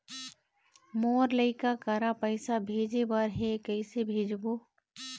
मोर लइका करा पैसा भेजें बर हे, कइसे भेजबो?